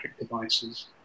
devices